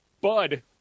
bud